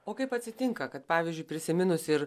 o kaip atsitinka kad pavyzdžiui prisiminus ir